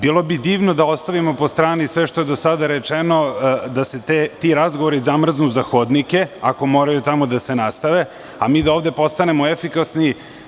Bilo bi divno da ostavimo po strani sve što je do sada rečeno da se ti razgovori zamrznu za hodnike, ako moraju tamo da se nastave, a mi da ovde postanemo efikasni.